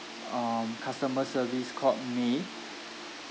um customer service called may